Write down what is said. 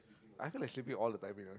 I gonna shape it all the timing ah